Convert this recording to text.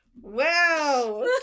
Wow